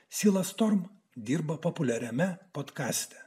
sila storm dirba populiariame podkaste